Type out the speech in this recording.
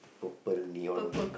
purple neon